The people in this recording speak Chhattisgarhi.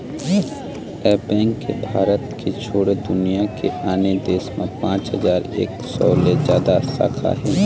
ए बेंक के भारत के छोड़े दुनिया के आने देश म पाँच हजार एक सौ ले जादा शाखा हे